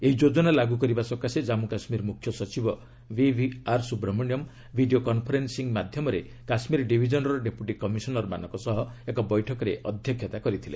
ଏହି ଯୋଜନା ଲାଗୁ କରିବା ସକାଶେ ଜାମ୍ମୁ କାଶ୍ମୀର ମୁଖ୍ୟ ସଚିବ ବିଭିଆର୍ ସୁବ୍ରମଣ୍ୟମ ଭିଡିଓ କନ୍ଫରେନ୍ସ ମାଧ୍ୟମରେ କାଶ୍ମୀର ଡିଭିଜନର ଡେପୁଟି କମିଶନରମାନଙ୍କ ସହ ଏକ ବୈଠକରେ ଅଧ୍ୟକ୍ଷତା କରିଛନ୍ତି